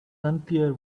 unclear